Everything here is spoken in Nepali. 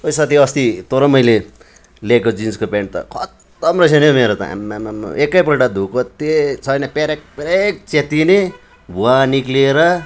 ओए साथी अस्ति तँ र मैले लिएको जिन्सको पेन्ट त खत्तम रहेछ नि हौ मेरो त आमामामा एकैपल्ट धुको थिएँ छैन पेरेक पेरेक च्यातिने भुवा निक्लिएर